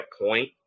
point